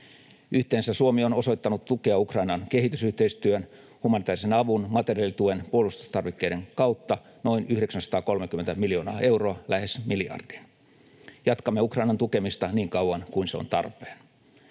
Yhteensä Suomi on osoittanut tukea Ukrainaan kehitysyhteistyön, humanitaarisen avun, materiaalituen ja puolustustarvikkeiden kautta noin 930 miljoonaa euroa — lähes miljardin. Jatkamme Ukrainan tukemista niin kauan kuin se on tarpeen.